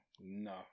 No